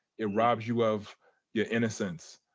it robs you of your innocence.